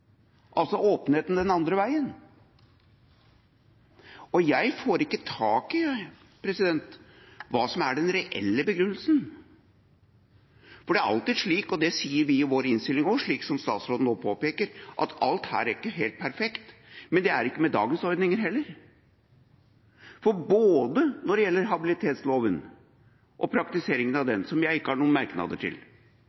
altså åpenhet den andre veien. Jeg får ikke tak i hva som er den reelle begrunnelsen, for det er alltid slik, og det sier vi i vår innstilling også, som statsråden nå påpeker, at alt her er ikke helt perfekt, men det er det ikke med dagens ordninger heller. Når det gjelder både habilitetsloven og praktiseringen av den, som jeg ikke har noen merknader til,